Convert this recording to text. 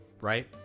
right